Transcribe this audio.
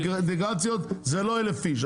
האינטגרציות זה לא 1,000 איש.